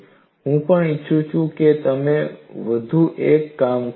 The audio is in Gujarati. અને હું પણ ઈચ્છું છું કે તમે વધુ એક કામ કરો